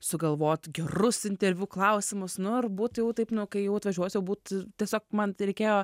sugalvoti gerus interviu klausimus nu ir būt jau taip nu kai jau atvažiuosiu jau būt tiesiog man tereikėjo